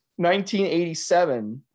1987